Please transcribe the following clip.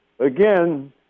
again